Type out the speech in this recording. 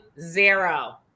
zero